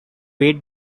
weight